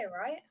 right